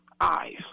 eyes